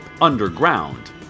underground